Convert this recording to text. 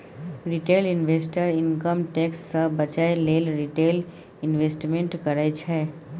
retail investor income tax सँ बचय लेल रिटेल इंवेस्टमेंट करय छै